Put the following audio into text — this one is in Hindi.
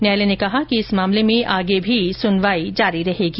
न्यायालय ने कहा कि इस मामले में आगे भी सुनवाई जारी रहेगी